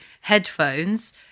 headphones